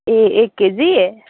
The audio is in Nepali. ए एक केजी